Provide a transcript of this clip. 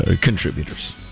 contributors